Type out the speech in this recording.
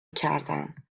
کردم